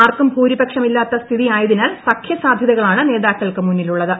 ആർക്കും ഭൂരിപക്ഷമില്ലാത്ത സ്ഥിതി ആയ തിനാൽ സഖ്യസാധൃതകളാണ് നേതാക്കൾക്ക് മുന്നിലുള്ളത്